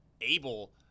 able